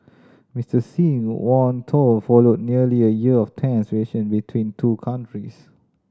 Mister Xi warm tone followed nearly a year of tense relation between two countries